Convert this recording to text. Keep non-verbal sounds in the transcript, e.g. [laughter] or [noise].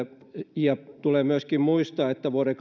tulee myöskin muistaa että vuoden [unintelligible]